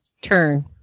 turn